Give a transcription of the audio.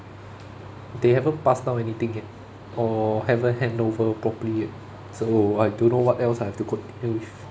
they haven't passed down anything yet or haven't hand over properly yet so I don't know what else I have to continue with